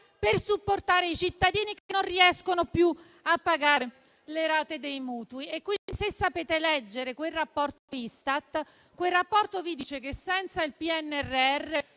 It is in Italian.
per supportare i cittadini che non riescono più a pagare le rate dei mutui. Quindi, se sapeste leggere quel rapporto Istat, capireste che esso evidenzia che senza il PNRR